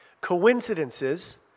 coincidences